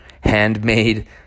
Handmade